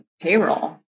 payroll